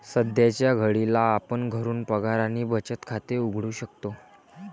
सध्याच्या घडीला आपण घरून पगार आणि बचत खाते उघडू शकतो